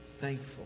thankful